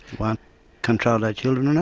won't control their children. and